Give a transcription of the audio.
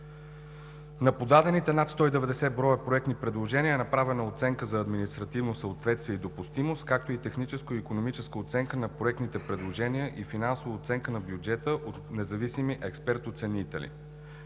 На подадените над 190 броя проектни предложения е направена оценка за административно съответствие и допустимост, както и техническо-икономическа оценка на проектните предложения и финансова оценка на бюджета от независими експерти – оценители.